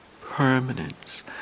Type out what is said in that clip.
permanence